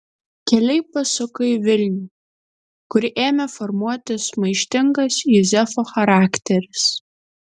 keliai pasuko į vilnių kur ėmė formuotis maištingas juzefo charakteris